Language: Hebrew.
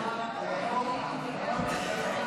סעיפים 1